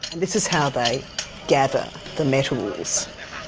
this is how they gather the metals.